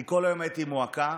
אני כל היום הייתי עם מועקה,